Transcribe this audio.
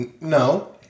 No